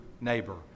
neighbor